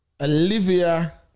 Olivia